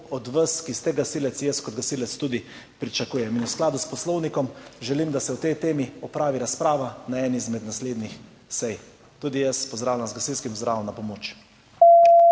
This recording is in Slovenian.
od vas, ki ste gasilec, jaz kot gasilec tudi pričakujem. V skladu s poslovnikom želim, da se o tej temi opravi razprava na eni izmed naslednjih sej. Tudi jaz pozdravljam z gasilskim pozdravom Na pomoč.